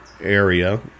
area